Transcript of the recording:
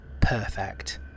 Perfect